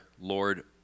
Lord